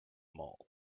mall